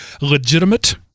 legitimate